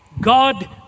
God